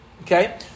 Okay